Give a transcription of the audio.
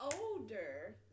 older